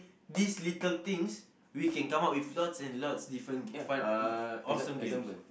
this little things we can come up with lots and lots different g~ fun awesome games